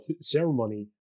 ceremony